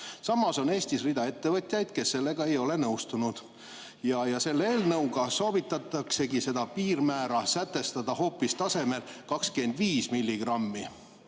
Samas on Eestis rida ettevõtjaid, kes sellega ei ole nõustunud. Selle eelnõuga soovitakse seda piirmäära sätestada hoopis tasemele 25 milligrammi.